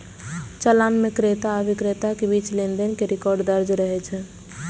चालान मे क्रेता आ बिक्रेता के बीच लेनदेन के रिकॉर्ड दर्ज रहै छै